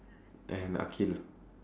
and akhil